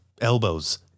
elbows